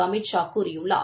அமித் ஷா கூறியுள்ளார்